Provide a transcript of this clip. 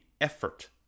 effort